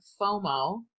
FOMO